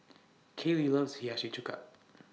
Kalie loves Hiyashi Chuka